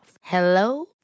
Hello